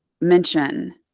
mention